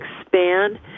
expand